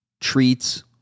treats